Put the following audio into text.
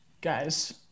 Guys